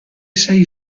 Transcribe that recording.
sei